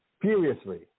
furiously